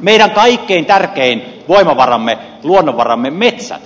meidän kaikkein tärkein voimavaramme luonnonvaramme on metsät